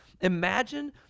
Imagine